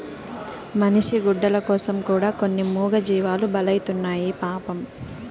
మనిషి గుడ్డల కోసం కూడా కొన్ని మూగజీవాలు బలైతున్నాయి పాపం